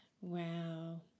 Wow